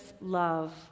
love